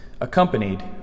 accompanied